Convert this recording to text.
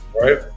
right